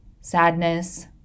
sadness